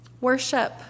Worship